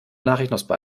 nachrichten